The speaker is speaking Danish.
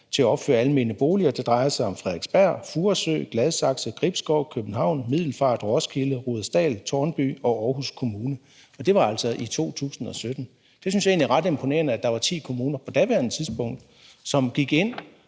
til at opføre almene boliger. Det drejer sig om Frederiksberg, Furesø, Gladsaxe, Gribskov, København, Middelfart, Roskilde, Rudersdal, Tårnby og Aarhus Kommune. Og det var altså i 2017. Det synes jeg egentlig er ret imponerende, altså at der var ti kommuner på daværende tidspunkt, som gik ind